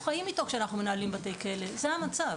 שאנחנו חיים איתו כשאנחנו מנהלים בתי כלא זה המצב.